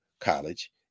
college